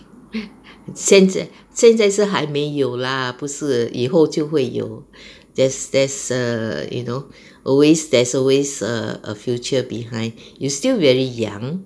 现在现在是还没有 lah 不是以后就会有 there's there's a you know always there's always a future behind you still very young